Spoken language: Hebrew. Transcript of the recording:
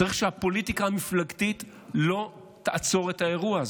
צריך שהפוליטיקה המפלגתית לא תעצור את האירוע הזה.